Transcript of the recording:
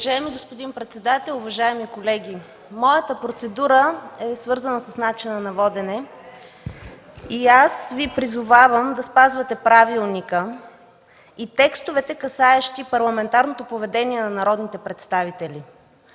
Уважаеми господин председател, уважаеми колеги! Моята процедура е свързана с начина на водене и аз Ви призовавам да спазвате правилника и текстовете, касаещи парламентарното поведение на народните представители.